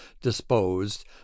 disposed